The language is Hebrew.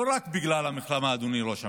לא רק בגלל המלחמה, אדוני ראש הממשלה,